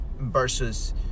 versus